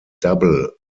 double